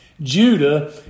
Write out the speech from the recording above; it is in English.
Judah